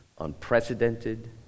unprecedented